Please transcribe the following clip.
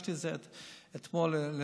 הגשתי את זה אתמול לכנסת.